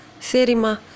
Serima